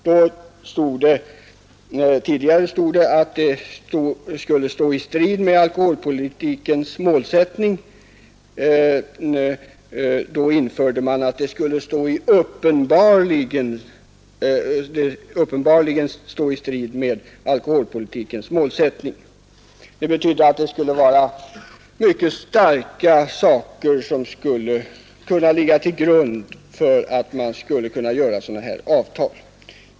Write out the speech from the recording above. Förut var ordalydelsen den att det ”skulle stå i strid med alkoholpolitikens målsättning”, och det ändrades till att det ”uppenbarligen skulle stå i strid med alkoholpolitikens målsättning”. Det betydde att mycket starka skäl måste ligga till grund för att få träffa sådana här avtal.